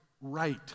right